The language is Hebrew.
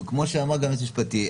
כמו שאמר גם היועץ המשפטי,